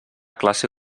classe